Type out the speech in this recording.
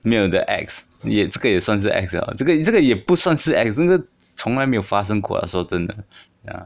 没有 the ex 这个也算是 ex 了这个这个也不算是 ex 那个从来也没有发生过啦说真的 ya